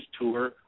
tour